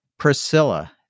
Priscilla